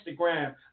Instagram